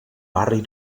barri